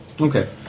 Okay